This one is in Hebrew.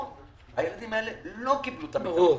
הילדים האלה לא קיבלו את המקדמות.